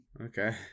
Okay